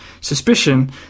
suspicion